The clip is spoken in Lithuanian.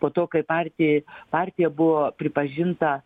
po to kai partijai partija buvo pripažinta